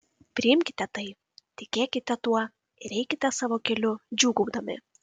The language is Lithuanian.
priimkite tai tikėkite tuo ir eikite savo keliu džiūgaudami